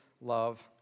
love